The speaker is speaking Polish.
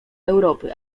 europy